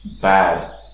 bad